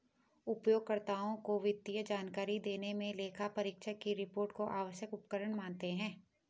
उपयोगकर्ताओं को वित्तीय जानकारी देने मे लेखापरीक्षक की रिपोर्ट को आवश्यक उपकरण मानते हैं